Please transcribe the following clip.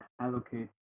allocate